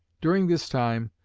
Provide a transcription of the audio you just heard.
during this time,